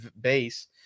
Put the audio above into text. base